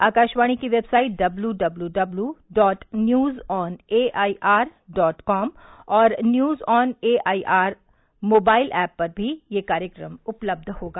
आकाशवाणी की website W W W dot news on A I R dot com और news on A I R mobile app पर भी यह कार्यक्रम उपलब्ध होगा